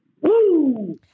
Woo